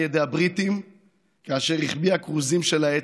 ידי הבריטים כאשר החביאה כרוזים של האצ"ל,